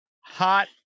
hot